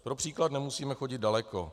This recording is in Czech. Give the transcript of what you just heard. Pro příklad nemusíme chodit daleko.